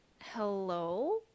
Hello